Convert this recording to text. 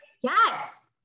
Yes